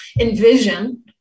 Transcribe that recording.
envision